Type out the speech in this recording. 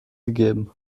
gegeben